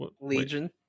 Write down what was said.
Legion